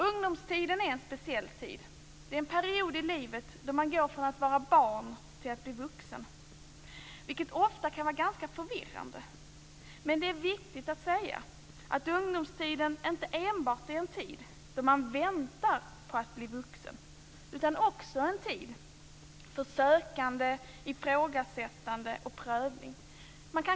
Ungdomstiden är en speciell tid. Det är en period i livet då man går från att vara barn till att bli vuxen, vilket ofta kan vara ganska förvirrande. Men det är viktigt att säga att ungdomstiden inte enbart är en tid då man väntar på att bli vuxen, utan också en tid för sökande, ifrågasättande och prövning.